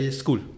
school